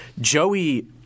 Joey